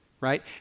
right